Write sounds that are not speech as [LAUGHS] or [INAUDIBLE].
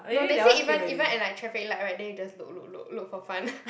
no they say even even at like traffic light [right] then you just look look look look for fun [LAUGHS]